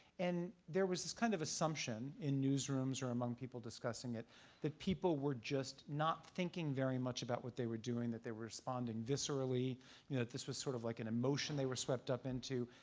and there was this kind of assumption in newsrooms or among people discussing it that people were just not thinking very much about what they were doing. that they responding viscerally. you know that this was sort of like an emotion they were swept up into.